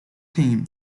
team